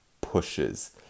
pushes